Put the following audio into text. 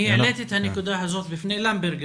אני העליתי את הנקודה הזאת בפני למברגר,